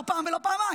לא פעם ולא פעמיים.